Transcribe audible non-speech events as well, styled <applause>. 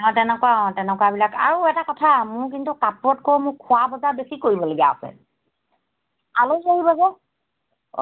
অ তেনেকুৱা অ তেনেকুৱাবিলাক আৰু এটা কথা মোৰ কিন্তু কাপোৰতকৈ মোক খোৱাৰ বজাৰ বেছি কৰিবলগীয়া আছে আলু <unintelligible> আকৌ